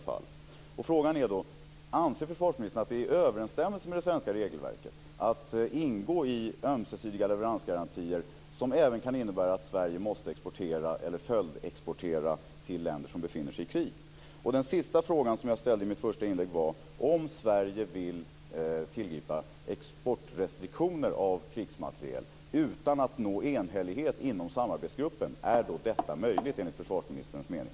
Frågan är då om försvarsministern anser att det överensstämmer med det svenska regelverket att Sverige ingår i ömsesidiga leveransgarantier, som även kan innebära att Sverige måste exportera eller följdexportera till länder som befinner sig i krig. Den sista frågan som jag ställde i mitt första inlägg var: Om Sverige vill tillgripa restriktioner för export av krigsmateriel utan att samarbetsgruppen når enighet, är då detta möjligt, enligt försvarsministerns mening?